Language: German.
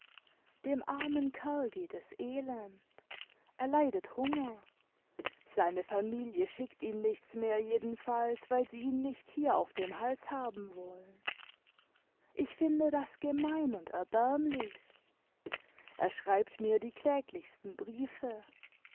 dem armen kerl geht es elend er leidet himger seine familie schickt ihm nichts mehr jedenfalls weil sie ihn nicht hier auf dem hals haben wollen ich finde das gemein und erbärmlich er schreibt mir die kläglichsten briefe